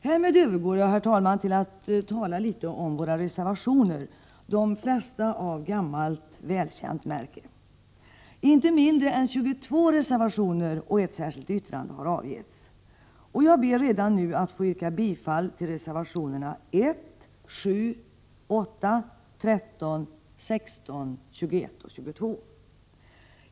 Härmed övergår jag, herr talman, till att tala litet om våra reservationer. De flesta är av gammalt välkänt märke. Inte mindre än 22 reservationer och ett särskilt yttrande har avgetts. Jag ber redan nu att få yrka bifall till reservationerna 1, 7, 8, 13, 16, 21 och 22.